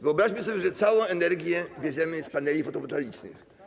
Wyobraźmy sobie, że całą energię bierzemy z paneli fotowoltaicznych.